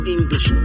English